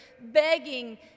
begging